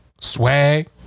Swag